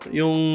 yung